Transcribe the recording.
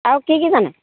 আৰু কি কি জানে